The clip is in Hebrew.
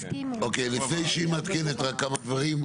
אוקיי, לפני שהיא מעדכנת רק כמה דברים.